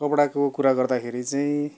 कपडाको कुरा गर्दाखेरि चाहिँ